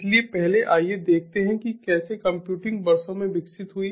इसलिए पहले आइए देखते हैं कि कैसे कंप्यूटिंग वर्षों में विकसित हुई